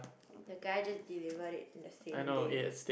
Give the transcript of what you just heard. the guy just delivered it in the same day